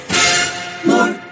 More